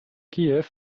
kiew